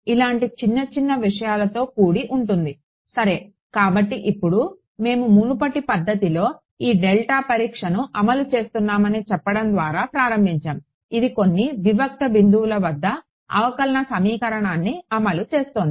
ఇలాంటి చిన్న చిన్న విషయాలతో కూడి ఉంటుంది సరే కాబట్టి ఇప్పుడు మేము మునుపటి పద్ధతిలో ఈ డెల్టా పరీక్షను అమలు చేస్తున్నామని చెప్పడం ద్వారా ప్రారంభించాము ఇది కొన్ని వివిక్త బిందువుల వద్ద అవకలన సమీకరణాన్ని అమలు చేస్తోంది